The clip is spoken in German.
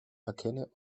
erkenne